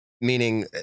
meaning